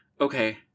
okay